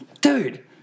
Dude